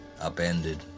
Upended